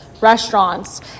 restaurants